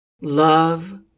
Love